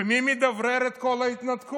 ומי מדברר את כל ההתנתקות?